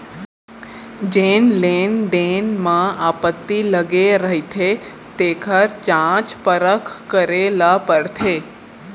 जेन लेन देन म आपत्ति लगे रहिथे तेखर जांच परख करे ल परथे